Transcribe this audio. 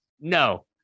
No